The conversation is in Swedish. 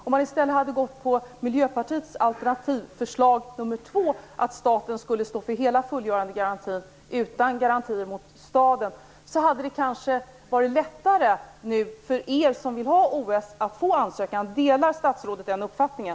Om riksdagen hade gått på Miljöpartiets alternativ, nämligen att staten skulle stå för hela fullgörandegarantin utan garantier mot staden, hade det kanske nu varit lättare för er som vill ha OS att få igenom ansökan. Delar statsrådet den uppfattningen?